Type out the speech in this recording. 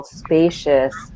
spacious